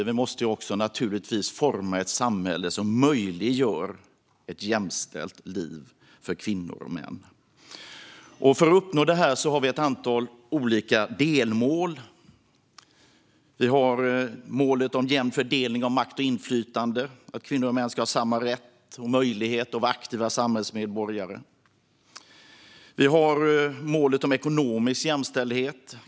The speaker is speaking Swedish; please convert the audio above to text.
Politiken måste också forma ett samhälle som möjliggör ett jämställt liv för kvinnor och män. För att uppnå detta har vi ett antal olika delmål. Vi har målet om en jämn fördelning av makt och inflytande. Kvinnor och män ska ha samma rätt och möjlighet att vara aktiva samhällsmedborgare. Vi har målet om ekonomisk jämställdhet.